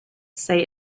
say